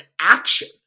action